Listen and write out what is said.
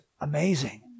amazing